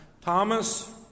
Thomas